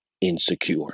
insecure